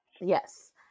Yes